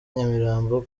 nyamirambo